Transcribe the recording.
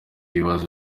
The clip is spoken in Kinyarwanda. bibazo